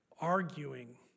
arguing